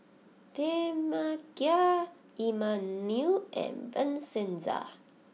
Tamekia Emanuel and Vincenza